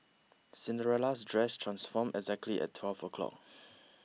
Cinderella's dress transformed exactly at twelve o'clock